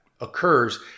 occurs